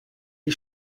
des